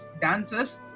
dancers